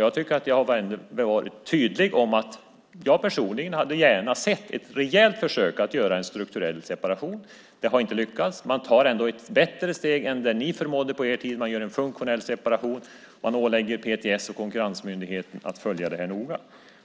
Jag tycker att jag har varit tydlig med att jag personligen gärna hade sett ett rejält försök att göra en strukturell separation. Det har inte lyckats. Man tar ändå ett bättre steg än det ni förmådde under er tid. Man gör en funktionell separation. Man ålägger PTS och Konkurrensmyndigheten att följa det här noga.